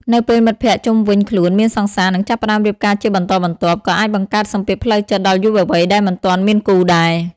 នៅពេលមិត្តភក្តិជុំវិញខ្លួនមានសង្សារ នឹងចាប់ផ្តើមរៀបការជាបន្តបន្ទាប់ ក៏អាចបង្កើតសម្ពាធផ្លូវចិត្តដល់យុវវ័យដែលមិនទាន់មានគូដែរ ។